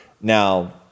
Now